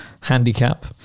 handicap